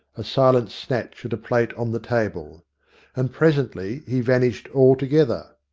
a silent snatch at a plate on the table and presently he vanished altogether.